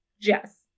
Jess